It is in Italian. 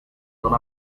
non